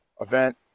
event